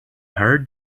heard